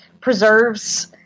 preserves